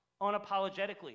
Unapologetically